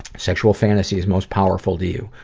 sexual fantasies most powerful to you?